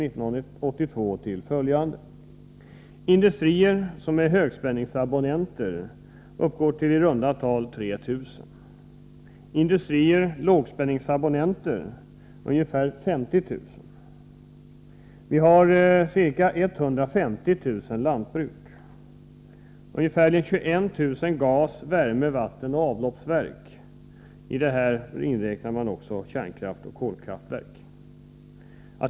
—- Industrier som är högspänningsabonnenter uppgår till i runda tal 3 000. — Vi har ca 150 000 lantbruk. —- Vi har ungefär 21 000 gas-, värme-, vattenoch avloppsverk. I detta inräknar man också kärnoch kolkraftverk.